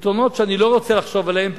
פתרונות שאני לא רוצה לחשוב עליהם,